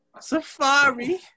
Safari